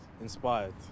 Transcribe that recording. inspired